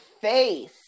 face